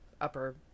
upper